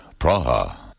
Praha